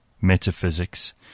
metaphysics